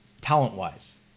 talent-wise